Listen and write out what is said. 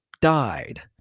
died